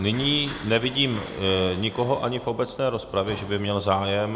Nyní nevidím nikoho ani v obecné rozpravě, že by měl zájem.